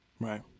Right